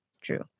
True